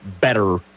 better –